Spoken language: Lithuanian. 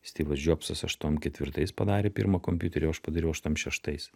styvas džobsas aštuom ketvirtais padarė pirmą kompiuterį o aš padariau aštuom šeštais